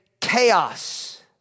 chaos